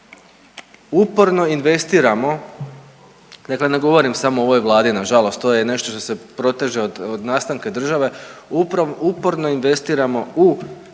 Uporno investiramo, dakle ne govorim samo o ovoj Vladi nažalost, to je nešto što se proteže od nastanka države, uporno investiramo u